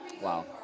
Wow